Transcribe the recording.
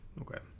Okay